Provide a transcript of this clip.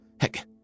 Heck